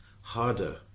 harder